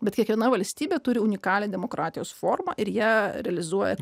bet kiekviena valstybė turi unikalią demokratijos formą ir ją realizuoja